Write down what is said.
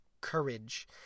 courage